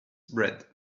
bread